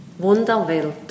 Wunderwelt